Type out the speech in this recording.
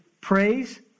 praise